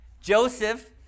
Joseph